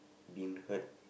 been hurt